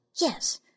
yes